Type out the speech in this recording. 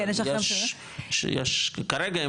כרגע,